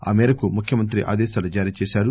ఆ మేరకు ముఖ్యమంత్రి ఆదేశాలు జారీ చేశారు